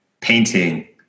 painting